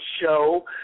show